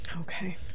okay